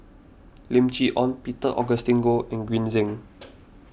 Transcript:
Lim Chee Onn Peter Augustine Goh and Green Zeng